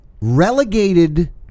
relegated